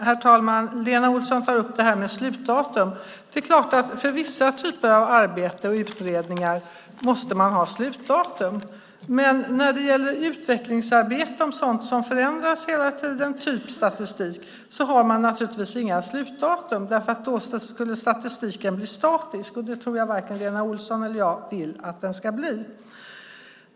Herr talman! Lena Olsson tar upp frågan om slutdatum. För vissa typer av arbeten och utredningar måste man ha slutdatum. Men när det gäller utvecklingsarbete om sådant som förändras hela tiden, som statistik, har man naturligtvis inga slutdatum. Då skulle statistiken bli statisk, och det tror jag varken Lena Olsson eller jag vill att den ska bli.